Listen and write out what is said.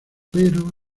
pero